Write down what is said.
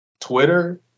Twitter